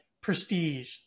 prestige